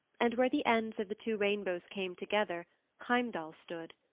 and where the ends of the two rainbows came together heimdall stood,